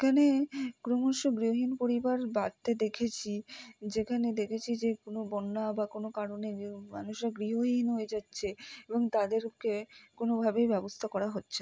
এখানে ক্রমশ গৃহহীন পরিবার বাড়তে দেখেছি যেখানে দেখেছি যে কোনো বন্যা বা কোনো কারণে মানুষরা গৃহহীন হয়ে যাচ্ছে এবং তাদেরকে কোনোভাবেই ব্যবস্থা করা হচ্চে